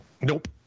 Nope